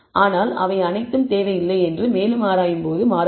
ஆனால் அவை அனைத்தும் தேவையில்லை என்று மேலும் ஆராயும்போது மாறக்கூடும்